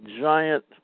giant